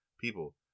people